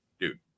dude